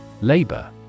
Labor